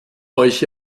euch